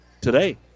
today